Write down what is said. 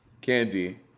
candy